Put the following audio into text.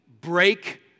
break